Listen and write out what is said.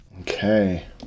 Okay